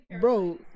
Bro